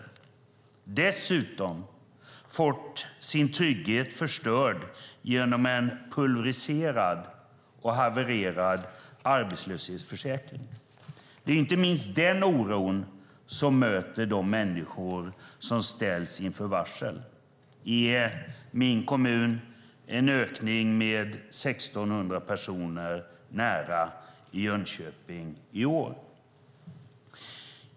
De har dessutom fått sin trygghet förstörd genom en pulvriserad och havererad arbetslöshetsförsäkring. Det är inte minst den oron som möter de människor som ställs inför varsel. I min hemkommun Jönköping är det en ökning med nära 1 600 personer i år.